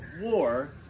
war